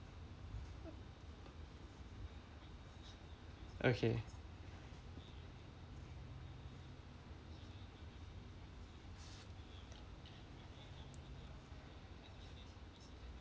okay